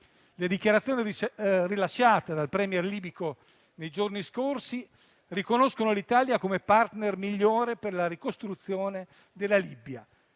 Le dichiarazioni rilasciate dal *Premier* libico nei giorni scorsi riconoscono l'Italia come *partner* migliore per la ricostruzione della Libia